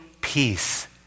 peace